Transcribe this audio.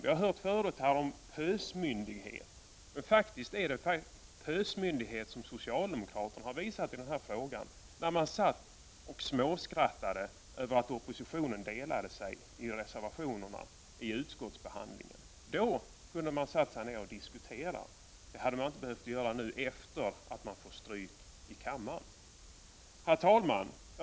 Vi har här hört uttryck som ”pösmyndighet”, men det var faktiskt socialdemokraterna som visade pösmyndighet i den här frågan, när de satt och småskrattade över att opposionen delade sig i olika reservationer vid utskottsbehandlingen. Då kunde man ha satt sig ned och diskuterat. I så fall hade man inte behövt göra det efter det att man får stryk i kammaren. Herr talman!